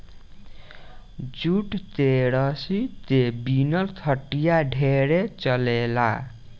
jute के रसरी के बिनल खटिया ढेरे चलेला